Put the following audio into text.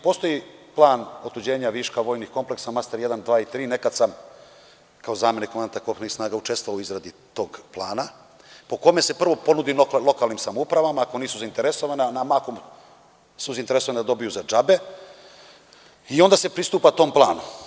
Postoji plan otuđenja viška vojnih kompleksa – Master 1, 2 i 3. Nekada sam kao zamenik komandanta kopnenih snaga učestvovao u izradi tog plana, po kome se prvo ponudi lokalnim samoupravama, ako nisu zainteresovane, a mahom su zainteresovane da dobiju za džabe i onda se pristupa tom planu.